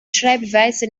schreibweise